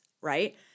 right